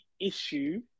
issue